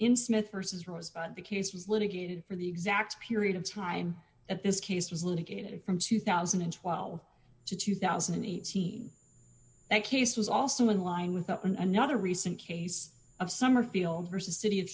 in smith versus rose the case was litigated for the exact period of time at this case was litigated from two thousand and twelve to two thousand and eighteen that case was also in line with another recent case of summerfield vs city of